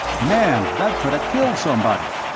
man, that coulda killed somebody.